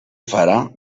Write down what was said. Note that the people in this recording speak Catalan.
farà